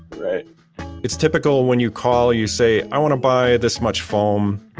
right it's typical when you call, you say, i want to buy this much foam.